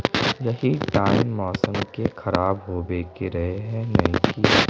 यही टाइम मौसम के खराब होबे के रहे नय की?